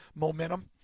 momentum